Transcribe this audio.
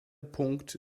punkt